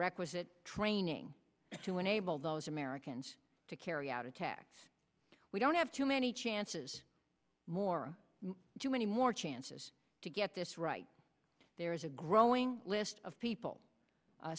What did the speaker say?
requisite training to enable those americans to carry out attacks we don't have too many chances more too many more chances to get this right there is a growing list of people